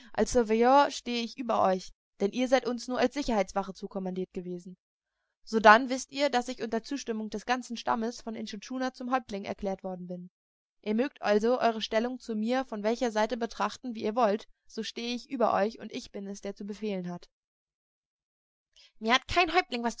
stehe ich über euch denn ihr seid uns nur als sicherheitswache zukommandiert gewesen sodann wißt ihr daß ich unter zustimmung des ganzen stammes von intschu tschuna zum häuptling erklärt worden bin ihr mögt also eure stellung zu mir von welcher seite betrachten wie ihr wollt so stehe ich über euch und bin es der zu befehlen hat mir hat kein häuptling